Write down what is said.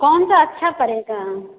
कौन सा अच्छा पड़ेगा